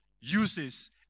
uses